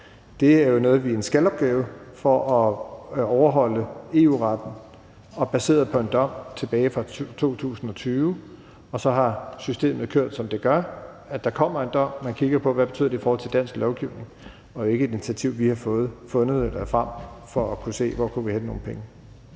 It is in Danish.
Det er jo en »skal«-opgave for at overholde EU-retten, og det er baseret på en dom tilbage fra 2020. Så har systemet kørt, som det gør, altså at der kommer en dom, og så kigger man på, hvad det betyder i forhold til dansk lovgivning. Det er ikke et initiativ, vi har fundet frem for at se, hvor vi kunne hente nogle penge.